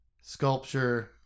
sculpture